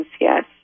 yes